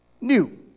new